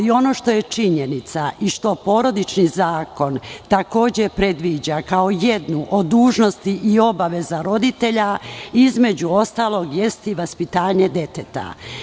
Ono što je činjenica i što Porodični zakon takođe predviđa kao jednu od dužnosti i obaveza roditelja između ostalog jeste i vaspitanje deteta.